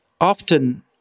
often